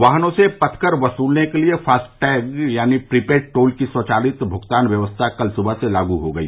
वाहनों से पथकर वसूलने के लिए फास्टैग यानी प्रीपेड टोल की स्वचालित भुगतान व्यवस्था कल सुबह से लागू हो गई